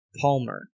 Palmer